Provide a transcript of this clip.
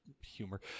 humor